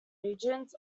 regions